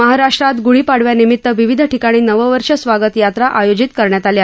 महाराष्ट्रात गुढीपाडव्यानिमित्त विविध ठिकाणी नववर्ष स्वागत यात्रा आयोजित करण्यात आल्या आहेत